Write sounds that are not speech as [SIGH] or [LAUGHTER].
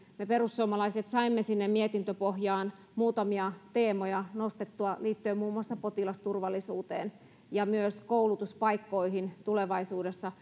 me perussuomalaiset saimme sinne mietintöpohjaan muutamia teemoja nostettua liittyen muun muassa potilasturvallisuuteen ja myös koulutuspaikkoihin tulevaisuudessa [UNINTELLIGIBLE]